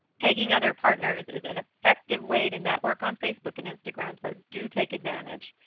tagging other partners is an effective way to network on facebook and instagram, so do take advantage.